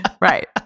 Right